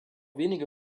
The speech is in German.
wenige